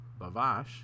Bavash